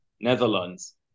Netherlands